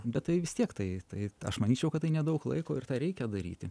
bet tai vis tiek tai tai aš manyčiau kad tai nedaug laiko ir tą reikia daryti